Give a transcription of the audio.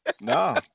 No